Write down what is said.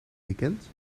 weekend